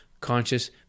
conscious